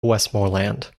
westmoreland